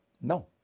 No